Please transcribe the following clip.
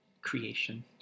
creation